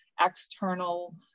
external